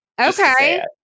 Okay